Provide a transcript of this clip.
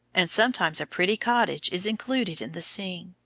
and sometimes a pretty cottage is included in the scene.